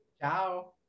Ciao